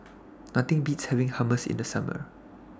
Nothing Beats having Hummus in The Summer